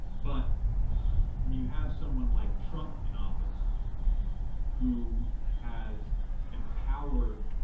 but when you have someone like trump in office who has empowered,